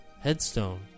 Headstone